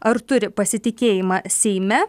ar turi pasitikėjimą seime